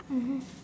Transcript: mmhmm